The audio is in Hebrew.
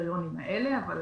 מהקריטריונים האלה, אבל